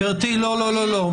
גברתי, לא, לא לא.